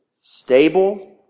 stable